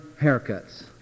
haircuts